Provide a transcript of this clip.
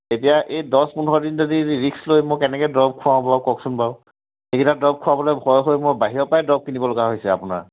এতিয়া এই দহ পোন্ধৰ দিন যদি ৰিস্ক লৈ মই কেনেকৈ দৰব খোৱাওঁ বাৰু কওকচোন বাাৰু সেইকেইটা দৰৱ খোৱাবলৈ ভয় হৈ মই বাহিৰৰপৰাই দৰব কিনিব লগা হৈছে আপোনাৰ